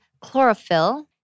chlorophyll